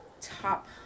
top